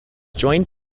joined